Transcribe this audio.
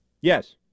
Yes